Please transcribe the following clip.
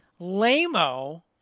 LAMO